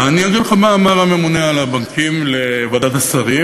אני אגיד לך מה אמר הממונה על הבנקים לוועדת השרים.